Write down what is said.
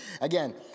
again